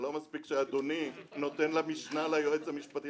זה לא מספיק שאדוני נותן למשנה ליועץ המשפטי